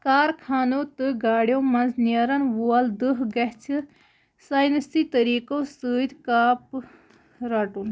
کارخانو تہٕ گاڑٮ۪و منٛز نیرَن وول دُہ گژھِ ساینسی طٔریقو سۭتۍ کاپہٕ رَٹُن